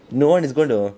no one is going to